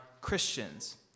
Christians